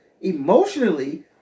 Emotionally